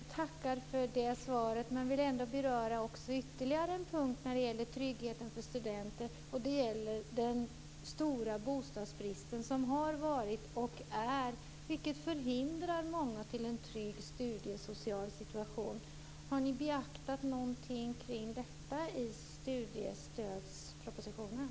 Fru talman! Jag tackar för svaret men vill ändå beröra ytterligare en punkt när det gäller tryggheten för studenter. Det gäller den stora bostadsbrist som har rått och råder och som förhindrar många från att ha en trygg studiesocial situation. Har ni beaktat någonting kring detta i studiestödspropositionen?